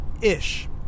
ish